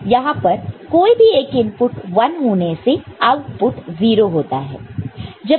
यहां पर कोई भी एक इनपुट 1 होने से आउटपुट 0 होता है